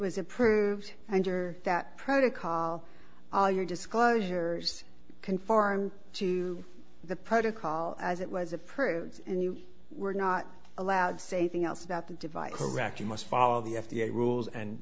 was approved under that protocol all your disclosures conform to the protocol as it was approved and you were not allowed to say thing else about the device correct you must follow the f d a rules and